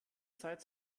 zeit